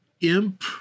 Imp